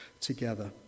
together